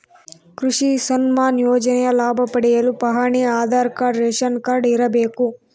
ಕೃಷಿ ಸನ್ಮಾನ್ ಯೋಜನೆಯ ಲಾಭ ಪಡೆಯಲು ಪಹಣಿ ಆಧಾರ್ ಕಾರ್ಡ್ ರೇಷನ್ ಕಾರ್ಡ್ ಇರಬೇಕು